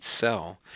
cell